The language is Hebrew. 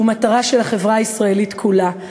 הוא מטרה של החברה הישראלית כולה.